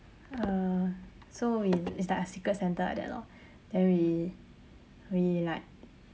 uh so we it's like a secret santa like that lor then we we like